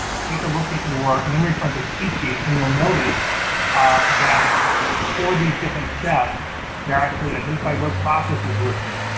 take a look at your memory forensics cheat sheet and you'll notice that for these different steps there're actually identify rogue processes listed.